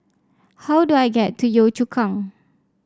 how do I get to Yio Chu Kang